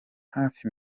hafi